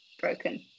broken